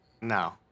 No